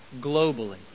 globally